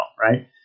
right